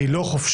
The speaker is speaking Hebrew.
היא לא חופשית,